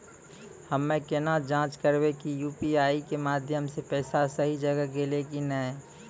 हम्मय केना जाँच करबै की यु.पी.आई के माध्यम से पैसा सही जगह गेलै की नैय?